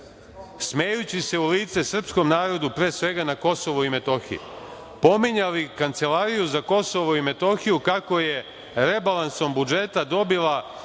smejući se u lice Srpskom narodu, pre sveta na Kosovu i Metohiji, pominjali Kancelariju za Kosovo i Metohiju kako je rebalansom budžeta dobila